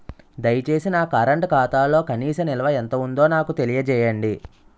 దయచేసి నా కరెంట్ ఖాతాలో కనీస నిల్వ ఎంత ఉందో నాకు తెలియజేయండి